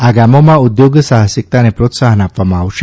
આ ગામોમાં ઉદ્યોગ સાહસિકતાને પ્રોત્સાહન આપવામાં આવશે